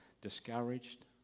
discouraged